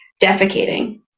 defecating